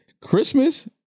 Christmas